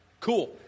Cool